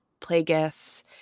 Plagueis